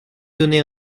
donner